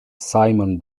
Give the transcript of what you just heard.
simon